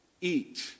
eat